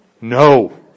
No